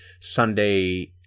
Sunday